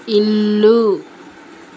ఇల్లు